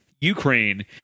Ukraine